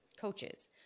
coaches